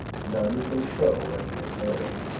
none can show where he is buried.